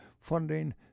funding